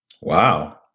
Wow